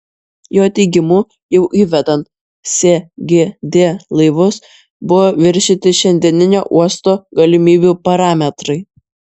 jo teigimu jau įvedant sgd laivus buvo viršyti šiandieninio uosto galimybių parametrai